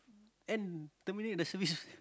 end terminate the service